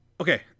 Okay